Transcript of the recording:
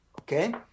Okay